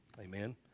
Amen